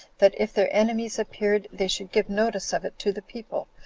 that if their enemies appeared, they should give notice of it to the people,